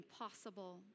impossible